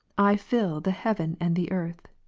i fill the heaven and the earth?